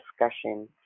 discussion